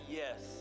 yes